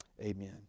amen